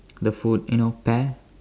the food you know pear